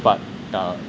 but uh